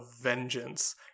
vengeance